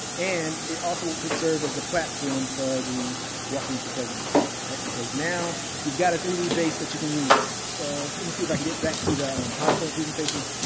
and it also could serve as the platform for the walking with the president's project, right? because now, you've got a three d base that you can use. so, let me see if i can get back to the powerpoint presentation.